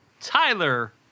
Tyler